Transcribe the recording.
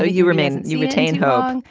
ah you remain you retain hope.